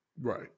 Right